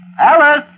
Alice